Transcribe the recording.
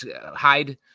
hide